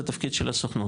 זה תפקיד של הסוכנות.